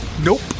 Nope